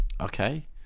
okay